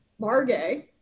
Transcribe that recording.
Margay